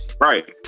Right